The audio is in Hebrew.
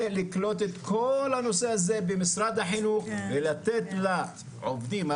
ולקלוט את כל הנושא הזה במשרד החינוך ולתת לעובדים,